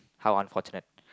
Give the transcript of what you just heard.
how unfortunate